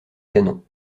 canon